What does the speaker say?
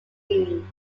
team